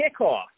kickoff